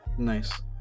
Nice